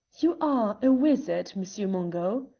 you are a wizard, monsieur mungo!